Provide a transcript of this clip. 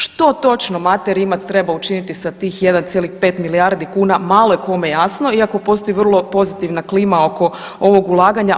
Što točno Mate Rimac treba učiniti sa tih 1,5 milijardi kuna, malo je kome jasno, iako postoji vrlo pozitivna klima oko ovog ulaganja.